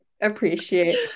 Appreciate